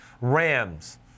Rams